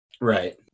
right